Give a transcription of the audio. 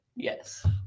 Yes